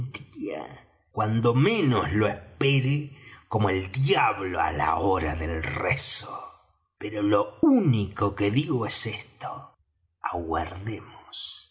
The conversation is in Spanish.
cuando menos lo espere como el diablo á la hora del rezo pero lo único que digo es esto aguardemos